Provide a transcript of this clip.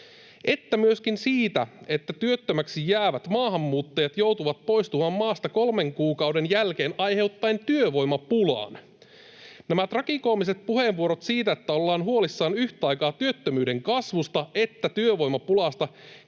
että myöskin siitä, että työttömäksi jäävät maahanmuuttajat joutuvat poistumaan maasta kolmen kuukauden jälkeen aiheuttaen työvoimapulan. Nämä tragikoomiset puheenvuorot siitä, että ollaan huolissaan yhtä aikaa sekä työttömyyden kasvusta että työvoimapulasta,